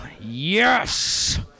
Yes